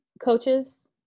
coaches